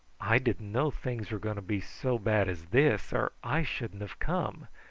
i didn't know things were going to be so bad as this or i shouldn't have come.